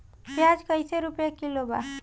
प्याज कइसे रुपया किलो बा?